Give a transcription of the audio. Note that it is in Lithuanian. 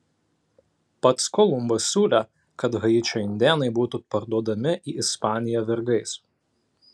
pats kolumbas siūlė kad haičio indėnai būtų parduodami į ispaniją vergais